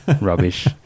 rubbish